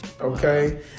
okay